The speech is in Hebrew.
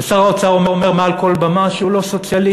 ושר האוצר אומר מעל כל במה שהוא לא סוציאליסט,